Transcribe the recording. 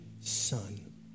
son